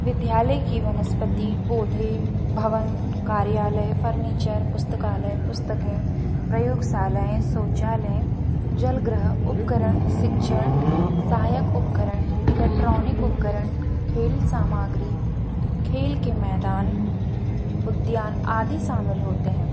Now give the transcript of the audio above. विद्यालय के वनस्पति पौधें भवन कार्यालय फर्नीचर पुस्तकालय पुस्तकें प्रयोगशालायें शौचालय जलगृह उपकरण शिक्षण सहायक उपकरण इलेक्ट्रॉनिक उपकरण खेल सामग्री खेल के मैदान उद्यान आदि शामिल होते हैं